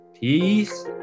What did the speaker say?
peace